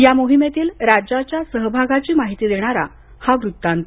या मोहिमेतील राज्याच्या सहभागाची माहिती देणारा हा वृत्तांत